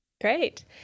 Great